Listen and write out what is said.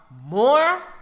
More